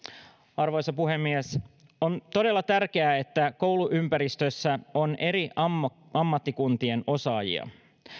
arvoisa puhemies on todella tärkeää että kouluympäristössä on eri ammattikuntien osaajia